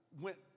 went